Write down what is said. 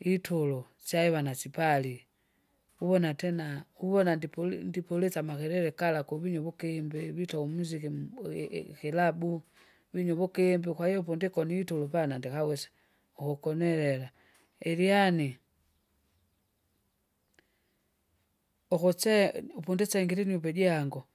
itulo syaivana sipali uvona tena uvona ndipili- ndipilisa amakele kala kuvinyu uvukimbi vito umuziki mu- ui- i- ikilabu, winywe uvukimbi kwahiyo ponindikona itulo pana ndikawesa ukukonelela, ilyani. Ukusee ni- upundisengire inyumba ijangu.